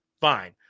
fine